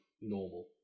normal